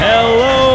Hello